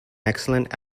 excellent